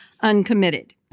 uncommitted